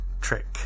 trick